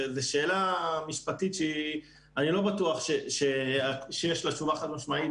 זו שאלה משפטית שאני לא בטוח שיש לה תשובה חד משמעית